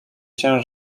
się